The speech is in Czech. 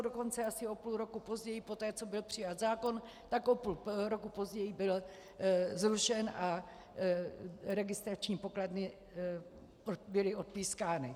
Dokonce asi o půl roku později poté, co byl přijat zákon, tak o půl roku později byl zrušen a registrační pokladny byly odpískány.